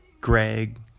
Greg